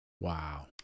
Wow